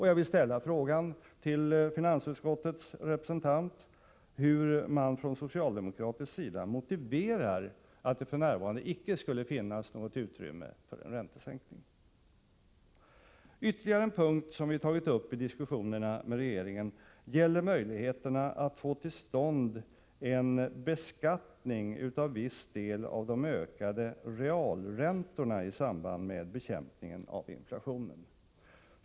Jag vill ställa frågan till finansutskottets representant, hur man från socialdemokratisk sida motiverar att det f. n. icke skulle finnas något utrymme för en räntesänkning. Ytterligare en punkt som vi tagit upp i diskussionerna med regeringen gäller möjligheterna att få till stånd en beskattning av viss del av de ökade realräntorna i samband med bekämpningen av inflationen.